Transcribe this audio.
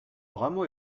rameau